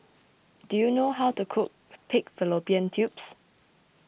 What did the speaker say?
do you know how to cook Pig Fallopian Tubes